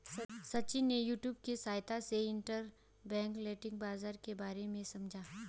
सचिन ने यूट्यूब की सहायता से इंटरबैंक लैंडिंग बाजार के बारे में समझा